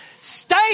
stay